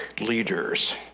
leaders